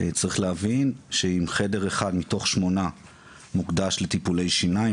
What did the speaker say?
צריך להבין שאם חדר אחד מתוך שמונה מוקדש לטיפולי שיניים